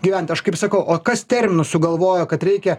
gyvent aš kaip sakau o kas terminus sugalvojo kad reikia